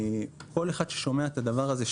כל אחד ששומע את הדבר הזה,